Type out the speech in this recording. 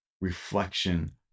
reflection